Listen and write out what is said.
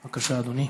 בבקשה, אדוני.